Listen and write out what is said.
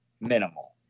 minimal